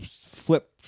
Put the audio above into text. flip